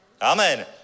Amen